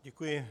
Děkuji.